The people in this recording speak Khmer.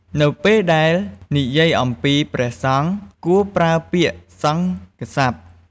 នៅពេលដែលនិយាយអំពីព្រះសង្ឃ គួរប្រើពាក្យសង្ឃស័ព្ទ។